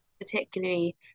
Particularly